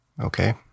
Okay